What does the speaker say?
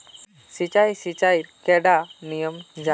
सिंचाई सिंचाईर कैडा नियम जाहा?